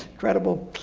credible.